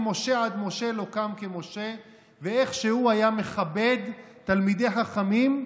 ממשה עד משה לא קם כמשה ואיכשהו היה מכבד תלמידי חכמים.